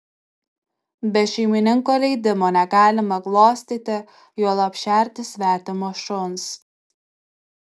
be šeimininko leidimo negalima glostyti juolab šerti svetimo šuns